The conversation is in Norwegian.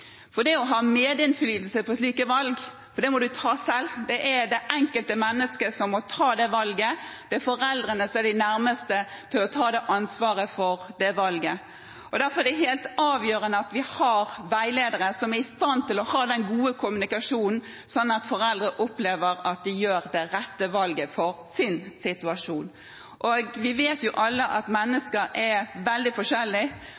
ha medinnflytelse på slike valg. Det er det enkelte menneske som må ta valget, det er foreldrene som er de nærmeste til å ta ansvar for valget. Derfor er det helt avgjørende at man har veiledere som er i stand til å få til den gode kommunikasjonen, slik at foreldrene opplever å gjøre det rette valget i sin situasjon. Vi vet alle at